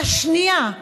השנייה,